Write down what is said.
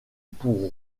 pour